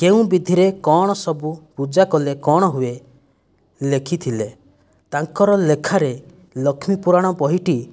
କେଉଁ ବିଧିରେ କ'ଣ ସବୁ ପୂଜା କଲେ କ'ଣ ହୁଏ ଲେଖିଥିଲେ ତାଙ୍କର ଲେଖାରେ ଲକ୍ଷ୍ମୀ ପୁରାଣ ବହିଟି